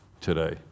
today